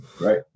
Right